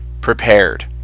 prepared